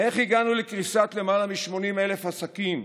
איך הגענו לקריסת למעלה מ-80,000 עסקים?